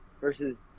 versus